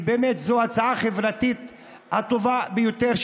שבאמת זו ההצעה החברתית הטובה ביותר.